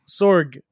Sorg